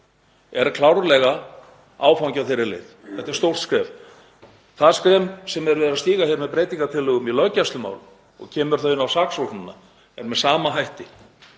er klárlega áfangi á þeirri leið. Þetta er stórt skref. Það skref sem verið er að stíga hér með breytingartillögum í löggæslumálum og kemur þá inn á saksóknina er með nákvæmlega